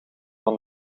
van